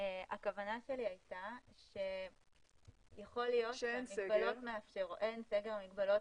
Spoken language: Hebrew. הכוונה שלי הייתה שאין סגר, המגבלות